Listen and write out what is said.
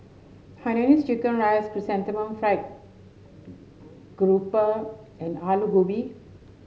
Hainanese Chicken Rice Chrysanthemum Fried Grouper and Aloo Gobi